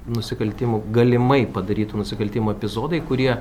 nusikaltimų galimai padarytų nusikaltimų epizodai kurie